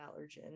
allergen